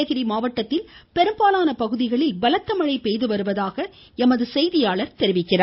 நீலகிரி மாவட்டத்தில் பெரும்பாலான பகுதிகளில் பலத்த மழை பெய்து வருவதாக எமது செய்தியாளர் தெரிவிக்கிறார்